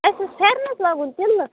اسہِ اوس پھیٚرنس لاگُن تِلّہٕ